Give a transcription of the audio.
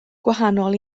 gwahanol